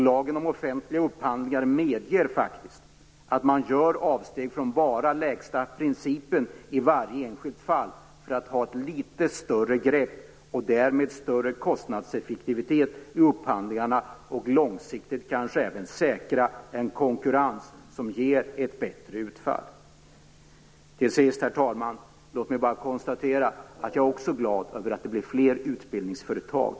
Lagen om offentlig upphandling medger faktiskt att man gör avsteg från bara lägsta principen i varje enskilt fall för att ta ett litet större grepp, och därmed större kostnadseffektivitet, i upphandlingarna. Långsiktigt kan detta kanske också säkra en konkurrens som ger ett bättre utfall. Herr talman! Låt mig till sist bara konstatera att jag också är glad över att det blir fler utbildningsföretag.